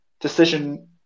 decision